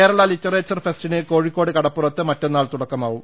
Kerala literature ഫെസ്റ്റിന് കോഴിക്കോട് കടപ്പുറത്ത് മറ്റന്നാൾ തുടക്കമാകും